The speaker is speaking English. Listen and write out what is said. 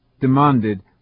demanded